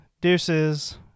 Deuces